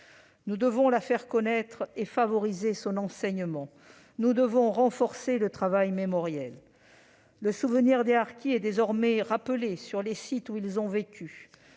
Nous devons la faire connaître et favoriser son enseignement ; nous devons renforcer le travail mémoriel. Le souvenir des harkis est désormais rappelé sur les sites où ils ont vécu.